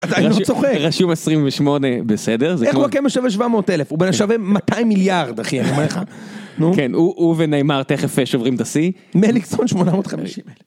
אני לא צוחק, רשום 28 בסדר זה כמו, איך לקומה שווה 700,000 הוא בין שווה 200 מיליארד אחי איך אומר לך. נו כן הוא וניימאר תכף שוברים את השיא, מליקסון 850.